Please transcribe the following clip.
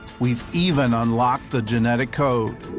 we've even unlock the genetic code.